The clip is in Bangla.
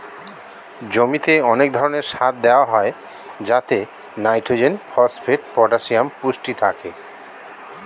জমিতে অনেক ধরণের সার দেওয়া হয় যাতে নাইট্রোজেন, ফসফেট, পটাসিয়াম পুষ্টি থাকে